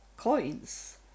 coins